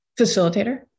facilitator